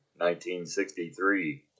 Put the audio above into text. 1963